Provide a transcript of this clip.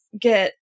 get